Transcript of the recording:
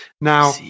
Now